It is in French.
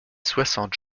soixante